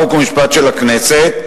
חוק ומשפט של הכנסת,